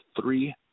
three